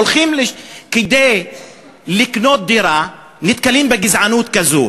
הולכים לקנות דירה, נתקלים בגזענות כזאת.